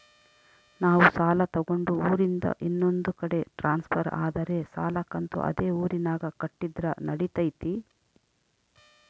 ನಾವು ಸಾಲ ತಗೊಂಡು ಊರಿಂದ ಇನ್ನೊಂದು ಕಡೆ ಟ್ರಾನ್ಸ್ಫರ್ ಆದರೆ ಸಾಲ ಕಂತು ಅದೇ ಊರಿನಾಗ ಕಟ್ಟಿದ್ರ ನಡಿತೈತಿ?